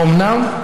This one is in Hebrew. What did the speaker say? האומנם?